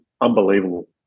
unbelievable